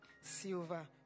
silver